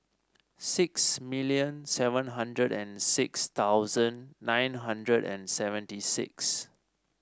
six million seven hundred and six thousand nine hundred and seventy six